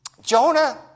Jonah